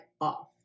off